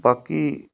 ਬਾਕੀ